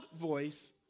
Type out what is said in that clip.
voice